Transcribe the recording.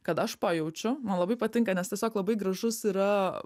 kad aš pajaučiu man labai patinka nes tiesiog labai gražus yra